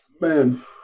Man